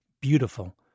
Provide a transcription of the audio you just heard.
beautiful